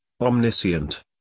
omniscient